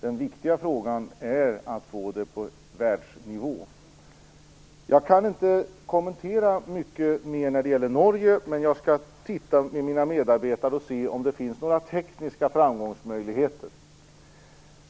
Den viktiga frågan är att få det på världsnivå. Jag kan inte kommentera mycket mer när det gäller Norge, men jag skall titta närmare på detta med mina medarbetare och se om det finns några tekniska möjligheter till framgång.